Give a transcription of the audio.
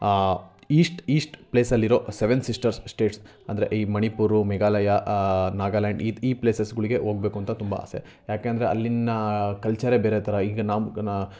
east east ಪ್ಲೇಸಲ್ಲಿರೋ seven sisters states ಅಂದರೆ ಈ ಮಣಿಪುರ ಮೇಘಾಲಯ ನಾಗಾಲ್ಯಾಂಡ್ ಈ ಈ ಪ್ಲೇಸಸ್ಗಳಿಗೆ ಹೋಗ್ಬೇಕು ಅಂತ ತುಂಬ ಆಸೆ ಯಾಕೆ ಅಂದರೆ ಅಲ್ಲಿನ ಕಲ್ಚರೇ ಬೇರೆ ಥರ ಈಗ ನಂ ನಾ